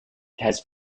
has